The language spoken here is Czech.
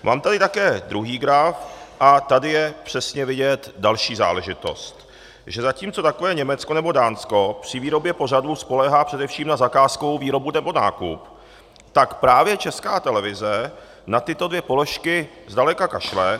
Mám tady taky druhý graf a tady je přesně vidět další záležitost, že zatímco takové Německo nebo Dánsko při výrobě pořadů spoléhá především na zakázkovou výrobu nebo nákup, tak právě Česká televize na tyto dvě položky zdaleka kašle.